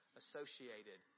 associated